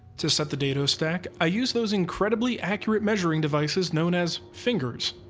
to set the dado stack, i use those incredibly accurate measuring devices known as fingers.